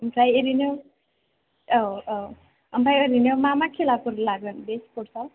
ओमफ्राय ओरैनो औ औ ओमफ्राय ओरैनो मा मा खेलाफोर लागोन बे स्पोर्ट्सआव